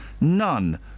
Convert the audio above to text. None